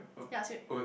ya